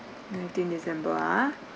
nineteenth december ah